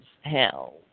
hell